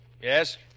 Yes